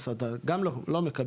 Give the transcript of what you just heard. אז אתה גם לא מקבל,